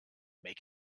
make